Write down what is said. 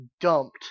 dumped